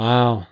Wow